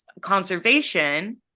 conservation